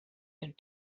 and